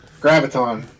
Graviton